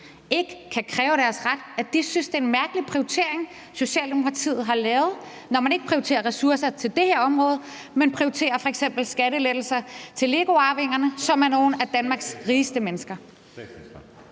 ikke kan kræve deres ret, og at de synes, det er en mærkelig prioritering, Socialdemokratiet har lavet, når man ikke prioriterer ressourcer til det her område, men prioriterer f.eks. skattelettelser til LEGO-arvingerne, som er nogle af Danmarks rigeste mennesker?